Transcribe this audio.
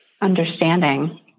understanding